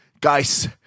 guys